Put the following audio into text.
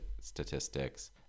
statistics